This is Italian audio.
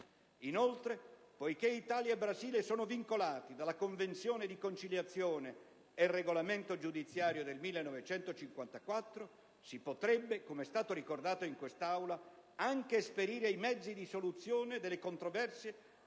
Inoltre, poiché Italia e Brasile sono vincolati dalla Convenzione di conciliazione e regolamento giudiziario del 1954, si potrebbero - come è stato ricordato in questa Aula - anche esperire i mezzi di soluzione delle controversie